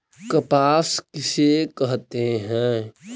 कपास किसे कहते हैं?